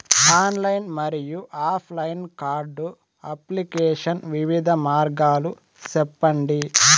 Online మరియు offline card application వివిధ మార్గాలు సెప్పండి?